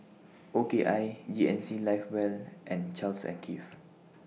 O K I G N C Live Well and Charles and Keith